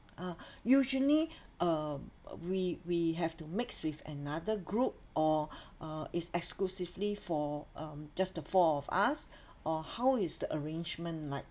oh usually um we we have to mix with another group or uh is exclusively for um just the four of us or how is the arrangement like